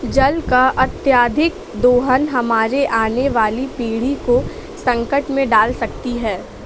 जल का अत्यधिक दोहन हमारे आने वाली पीढ़ी को संकट में डाल सकती है